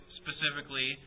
specifically